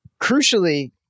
crucially